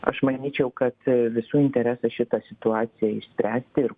aš manyčiau kad visų interesų šitą situaciją išspręsti ir